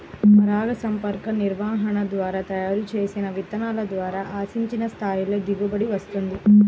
పరాగసంపర్క నిర్వహణ ద్వారా తయారు చేసిన విత్తనాల ద్వారా ఆశించిన స్థాయిలో దిగుబడి వస్తుంది